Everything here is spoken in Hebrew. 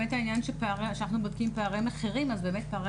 כשאנחנו בודקים פערי המחירים אז פערי